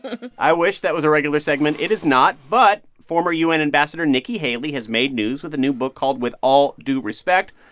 i wish that was a regular segment it is not. but former u n. ambassador nikki haley has made news with a new book called with all due respect.